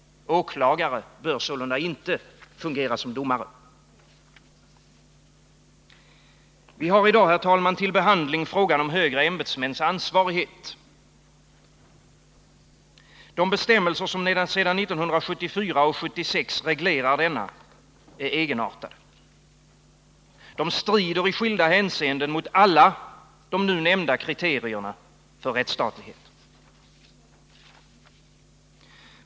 Åklagare bör sålunda inte fungera som domare. Vi har i dag, herr talman, till behandling frågan om högre ämbetsmäns ansvarighet. De bestämmelser som sedan 1974 och 1976 reglerar denna är egenartade. De strider i skilda hänseenden mot alla de nu nämnda kriterierna för rättsstatlighet.